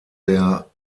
der